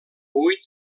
vuit